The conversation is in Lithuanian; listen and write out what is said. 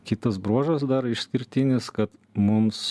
kitas bruožas dar išskirtinis kad mums